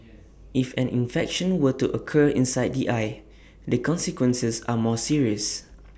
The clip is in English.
if an infection were to occur inside the eye the consequences are more serious